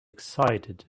excited